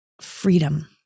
freedom